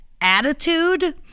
attitude